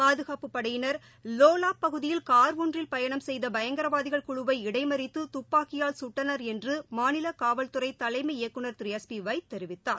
பாதுகாப்புப் படையினர் லோலாப் பகுதியில் கார் ஒன்றில் பயணம் செய்தபயங்கரவாதிகள் குழுவை இடைமறித்துதப்பாக்கியால் சுட்டனா்என்றுமாநிலகாவல்துறைதலைமை இயக்குநா எஸ் பிவைத் திரு தெரிவித்தார்